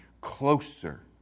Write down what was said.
closer